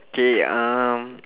K um